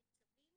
בצווים,